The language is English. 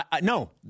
no